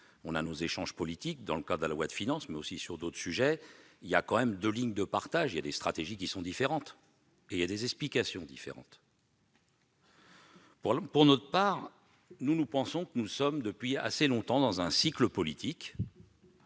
de nos échanges politiques dans le cadre de la loi de finances, mais aussi sur d'autres sujets, il existe deux lignes de partage, des stratégies et des explications différentes. Pour notre part, nous pensons que nous sommes depuis assez longtemps dans un cycle politique,